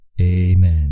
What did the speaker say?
Amen